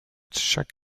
chaque